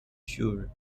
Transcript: sure